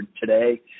today